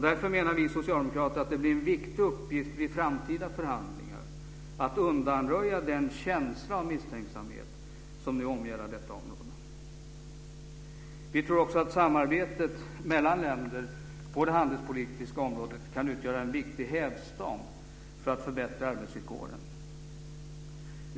Därför menar vi socialdemokrater att det blir en viktig uppgift vid framtida förhandlingar att undanröja den känsla av misstänksamhet som nu omgärdar detta område. Vi tror också att samarbetet mellan länder på det handelspolitiska området kan utgöra en viktig hävstång för att förbättra arbetsvillkoren.